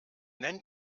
nennt